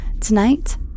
Tonight